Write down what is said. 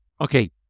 Okay